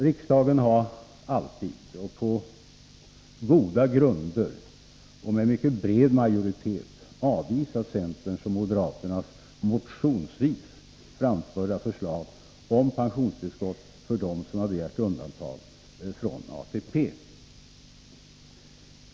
Riksdagen har alltid, på goda grunder och med mycket bred majoritet, avvisat centerns och moderaternas motionsvis framförda förslag om pen Herr talman!